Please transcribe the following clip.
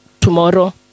tomorrow